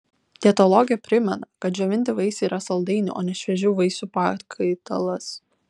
dietologė primena kad džiovinti vaisiai yra saldainių o ne šviežių vaisių pakaitalas